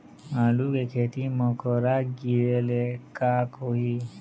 आलू के खेती म करा गिरेले का होही?